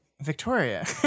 Victoria